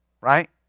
Right